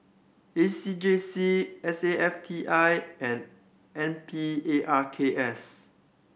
A C J C S A F T I and N Parks